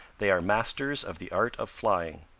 they are masters of the art of flying.